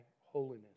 holiness